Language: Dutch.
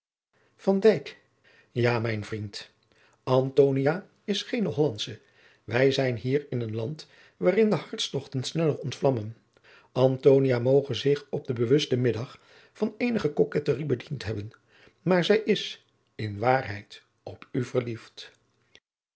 ja mijn vriend antonia is geene hollandsche wij zijn hier in een land waarin de hartstogten sneller ontvlammen antonia moge zich op den bewusten middag van eenige coquetterie adriaan loosjes pzn het leven van maurits lijnslager bediend hebben maar zij is in waarheid op u verliefd